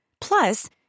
Plus